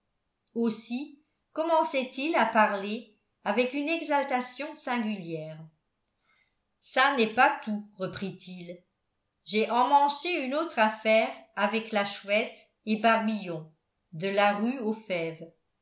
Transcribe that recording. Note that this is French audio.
aussi commençait-il à parler avec une exaltation singulière ça n'est pas tout reprit-il j'ai emmanché une autre affaire avec la chouette et barbillon de la rue aux fèves